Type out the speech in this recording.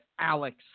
Alex